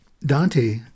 Dante